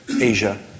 Asia